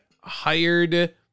hired